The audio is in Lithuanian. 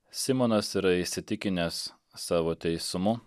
simonas yra įsitikinęs savo teisumu